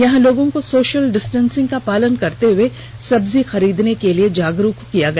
यहां लोगों को सोशल डिस्टेसिंग का पालन करते हुए सब्जी खरीदने के लिए जागरूक किया गया